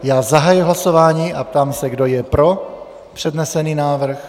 Já zahajuji hlasování a ptám se, kdo je pro přednesený návrh.